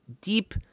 deep